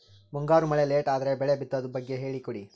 ಮುಂಗಾರು ಮಳೆ ಲೇಟ್ ಅದರ ಬೆಳೆ ಬಿತದು ಬಗ್ಗೆ ಹೇಳಿ ಕೊಡಿ?